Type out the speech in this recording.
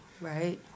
right